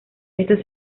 estos